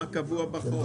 מה קבוע בחוק?